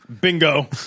Bingo